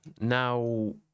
Now